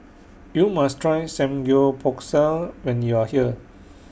YOU must Try Samgeyopsal when YOU Are here